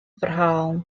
ferhalen